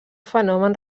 fenomen